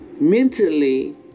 mentally